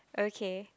okay